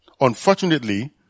Unfortunately